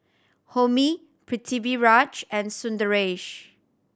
Homi Pritiviraj and Sundaresh